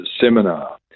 seminar